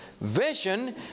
Vision